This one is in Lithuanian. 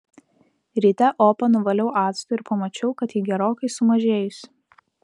ryte opą nuvaliau actu ir pamačiau kad ji gerokai sumažėjusi